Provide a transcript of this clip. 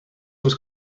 was